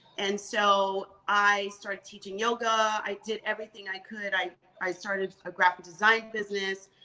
and so i started teaching yoga, i did everything i could. i i started a graphic design business.